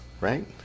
right